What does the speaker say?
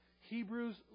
Hebrews